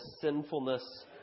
sinfulness